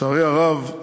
לצערי הרב,